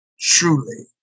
truly